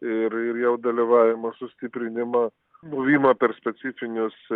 ir ir jav dalyvavimo sustiprinimą buvimą per specifinius